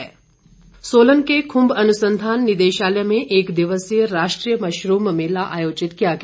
mushroom मेला सोलन के खुम्ब अनुसंधान निदेशालय में एक दिवसीय राष्ट्रीय मशरूम मेला आयोजित किया गया